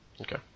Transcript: Okay